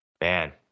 man